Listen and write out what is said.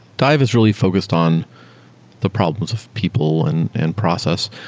dive is really focused on the problems of people and and process.